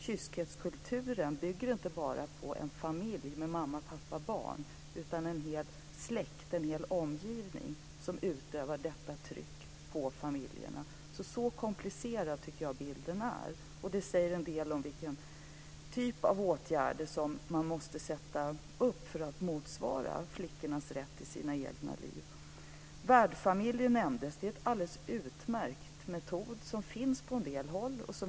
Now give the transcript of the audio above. Kyskhetskulturen bygger inte bara på en familj med mamma, pappa, barn, utan det är en hel släkt och omgivning som utövar tryck på familjerna. Så komplicerad tycker jag att bilden är. Det säger en del om vilken typ av åtgärder man måste sätta upp för att motsvara flickornas rätt till sina egna liv. Värdfamiljer nämndes. Det är en alldeles utmärkt metod som finns på en del håll.